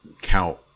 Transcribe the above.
count